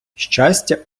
щастя